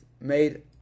made